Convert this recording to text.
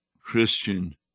Christian